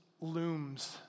looms